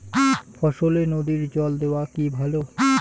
ফসলে নদীর জল দেওয়া কি ভাল?